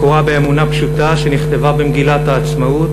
מקורה באמונה פשוטה שנכתבה במגילת העצמאות